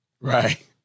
Right